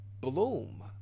Bloom